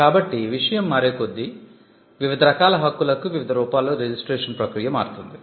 కాబట్టి విషయం మారేకొద్దీ వివిధ రకాల హక్కులకు వివిధ రూపాల్లో రిజిస్ట్రేషన్ ప్రక్రియ మారుతుంది